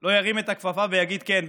לא ירים את הכפפה ויגיד: כן,